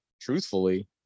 Truthfully